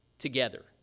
together